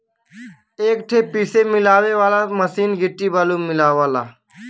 एक ठे पीसे मिलावे वाला मसीन गिट्टी बालू मिलावला